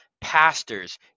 Pastors